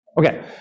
okay